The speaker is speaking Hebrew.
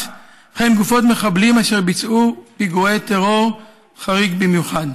וכן גופות מחבלים אשר ביצעו פיגועי טרור חריג במיוחד.